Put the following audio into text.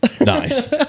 Nice